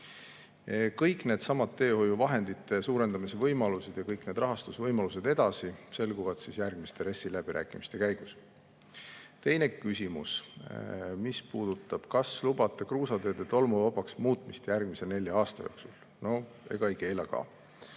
Kõik needsamad teehoiuvahendite suurendamise võimalused ja kõik need edaspidised rahastusvõimalused selguvad järgmiste RES‑i läbirääkimiste käigus. Teine küsimus: "Kas lubate kruusateede tolmuvabaks muutmist järgmise nelja aasta jooksul?" No ega ei keela ka.